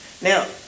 Now